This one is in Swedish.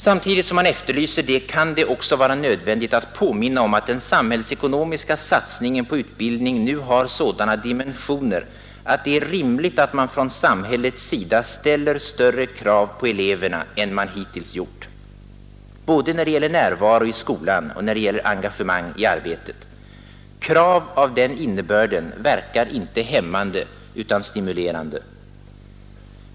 Samtidigt som man efterlyser detta, kan det också vara nödvändigt att påminna om att den samhällsekonomiska satsningen på utbildning nu har sådana dimensioner att det är rimligt att man från samhällets sida ställer större krav på eleverna än man hittills gjort, både när det gäller närvaro i skolan och när det gäller engagemang i arbetet. Krav av den innebörden verkar inte hämmande utan stimulerande.